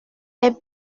est